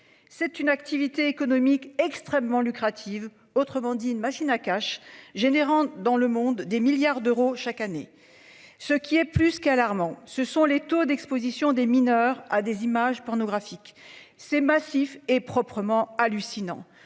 c'est une activité économique extrêmement lucrative. Autrement dit, une machine à cash générant dans le monde des milliards d'euros chaque année. Ce qui est plus qu'alarmant. Ce sont les taux d'Exposition des mineurs à des images pornographiques ces massif est proprement hallucinant